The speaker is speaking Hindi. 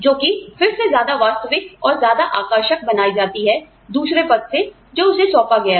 जो कि फिर से ज्यादा वास्तविक और ज्यादा आकर्षक बनाई जाती है दूसरे पद से जो उसे सौंपा गया है